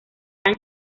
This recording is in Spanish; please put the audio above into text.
tan